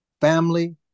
Family